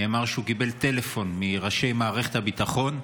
נאמר שהוא קיבל טלפון מראשי מערכת הביטחון,